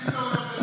בלי טעויות אנוש.